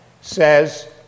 says